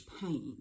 pain